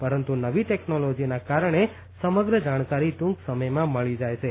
પરંતુ નવી ટેકનોલોજીના કારણે સમગ્ર જાણકારી ટૂંક સમયમાં મળી જાય છે